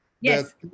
yes